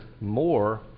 more